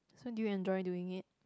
so do you enjoy doing it